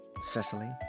Cecily